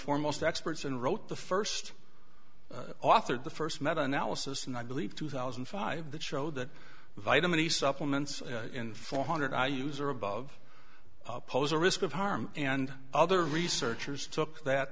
foremost experts and wrote the first authored the first met analysis and i believe two thousand and five that showed that vitamin d supplements in four hundred i use or above pose a risk of harm and other researchers took that